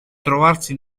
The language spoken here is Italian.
trovarsi